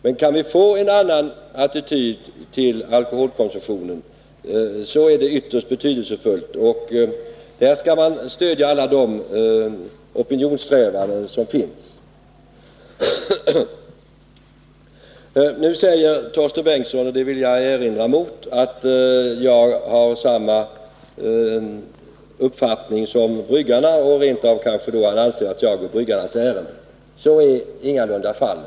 Men kan vi få en annan attityd till alkoholkonsumtionen så är det ytterst betydelsefullt, och på den punkten skall man stödja alla de opinionssträvanden som förekommer. Nu säger Torsten Bengtson, och det vill jag erinra mot, att jag har samma uppfattning som bryggarna; han anser kanske rent av att jag går deras ärenden. Så är ingalunda fallet.